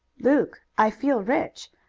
luke, i feel rich,